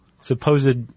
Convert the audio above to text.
supposed